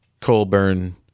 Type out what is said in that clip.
Colburn